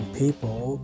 people